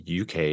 UK